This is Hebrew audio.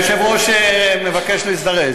היושב-ראש מבקש להזדרז,